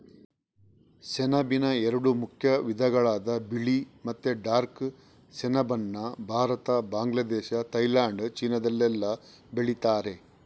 ಸೆಣಬಿನ ಎರಡು ಮುಖ್ಯ ವಿಧಗಳಾದ ಬಿಳಿ ಮತ್ತೆ ಡಾರ್ಕ್ ಸೆಣಬನ್ನ ಭಾರತ, ಬಾಂಗ್ಲಾದೇಶ, ಥೈಲ್ಯಾಂಡ್, ಚೀನಾದಲ್ಲೆಲ್ಲ ಬೆಳೀತಾರೆ